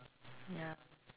ya